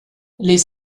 les